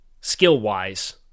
skill-wise